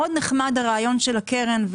הרעיון של הקרן,